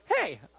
hey